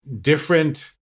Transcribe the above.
different